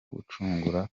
gucungura